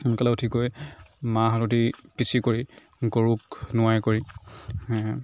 সোনকালে উঠি কৰি মাহ হালধি পিচি কৰি গৰুক নোৱাই কৰি